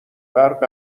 غرق